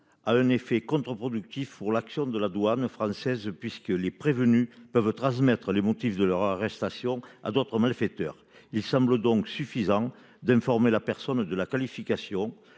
a un effet contre-productif pour l'action de la douane française puisque les prévenus peuvent transmettre les motifs de leur arrestation à d'autres malfaiteurs. Il semble donc suffisant d'informer la personne de la qualification